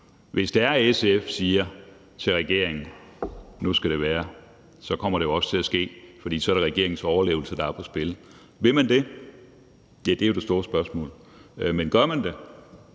hvis SF siger til regeringen, at nu skal det være, så kommer det også til at ske, for så er det regeringens overlevelse, der er på spil. Vil man det? Det er jo det store spørgsmål. Men gør man det,